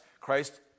Christ